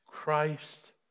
Christ